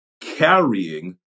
carrying